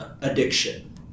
addiction